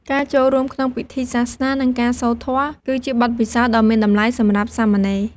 ការចូលរួមក្នុងពិធីសាសនា និងការសូត្រធម៌ គឺជាបទពិសោធន៍ដ៏មានតម្លៃសម្រាប់សាមណេរ។